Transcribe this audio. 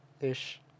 ish